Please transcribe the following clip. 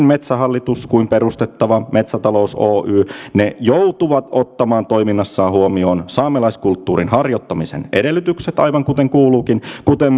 metsähallitus kuin perustettava metsätalous oy joutuvat ottamaan toiminnassaan huomioon saamelaiskulttuurin harjoittamisen edellytykset aivan kuten kuuluukin kuten